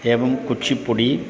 एवं कुच्चिपुडि